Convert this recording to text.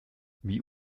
wie